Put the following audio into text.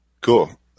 Cool